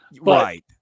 Right